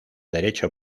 derecho